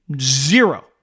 Zero